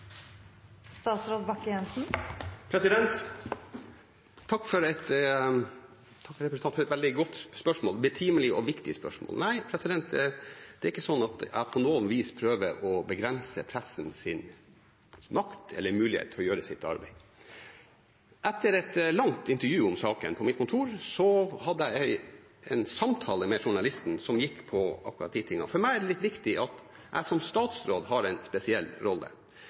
Takk til representanten for et veldig godt spørsmål, et betimelig og viktig spørsmål. Nei, det er ikke sånn at jeg på noe vis prøver å begrense pressens makt eller mulighet til å gjøre sitt arbeid. Etter et langt intervju om saken på mitt kontor hadde jeg en samtale med journalisten som handlet om akkurat de tingene. For meg er det litt viktig at jeg som statsråd har en spesiell rolle.